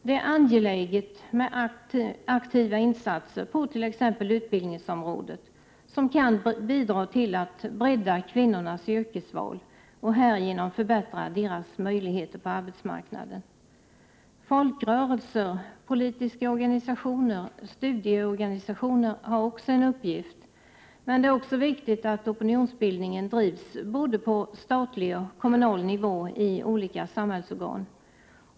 Det är angeläget med aktiva insatser på t.ex. utbildningsområdet, som kan bidra till att bredda kvinnornas yrkesval och härigenom förbättra deras möjligheter på arbetsmarknaden. Folkrörelser, politiska organisationer och studieorganisationer har också en uppgift. Men det är viktigt att opinionsbildningen drivs både på statlig och kommunal nivå i olika samhällsorgan.